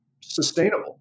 sustainable